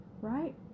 right